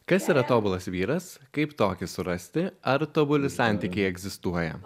kas yra tobulas vyras kaip tokį surasti ar tobuli santykiai egzistuoja